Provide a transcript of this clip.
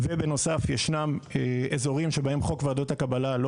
ובנוסף ישנם אזורים שבהם חוק ועדות הקבלה לא